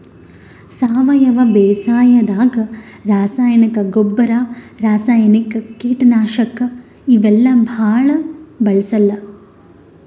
ಸಾವಯವ ಬೇಸಾಯಾದಾಗ ರಾಸಾಯನಿಕ್ ಗೊಬ್ಬರ್, ರಾಸಾಯನಿಕ್ ಕೀಟನಾಶಕ್ ಇವೆಲ್ಲಾ ಭಾಳ್ ಬಳ್ಸಲ್ಲ್